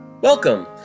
Welcome